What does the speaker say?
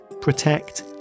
protect